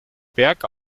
berg